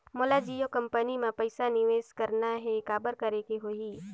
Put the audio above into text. मोला जियो कंपनी मां पइसा निवेश करना हे, काबर करेके होही?